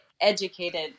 educated